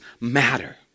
matter